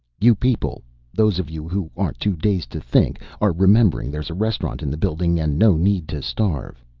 you people those of you who aren't too dazed to think are remembering there's a restaurant in the building and no need to starve.